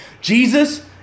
Jesus